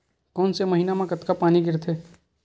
कोन से महीना म कतका पानी गिरथे?